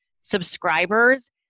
subscribers